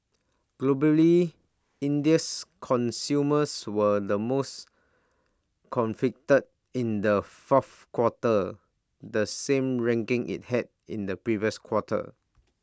globally India's consumers were the most confident in the fourth quarter the same ranking IT held in the previous quarter